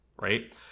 right